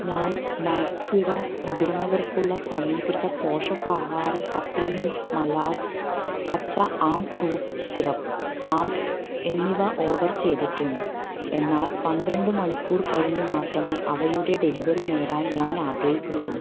ഞാൻ മാക്സ്വിഡ മുതിർന്നവർക്കുള്ള സമീകൃത പോഷകാഹാര സപ്ലിമെൻ്റ് മാലാസ് കച്ച ആം ഫ്രൂട്ട് സിറപ്പ് ആം എന്നിവ ഓർഡർ ചെയ്തിട്ടുണ്ട് എന്നാൽ പന്ത്രണ്ട് മണിക്കൂർ കഴിഞ്ഞ് മാത്രമേ അവയുടെ ഡെലിവറി നേടാൻ ഞാൻ ആഗ്രഹിക്കുന്നുള്ളൂ